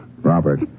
Robert